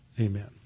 Amen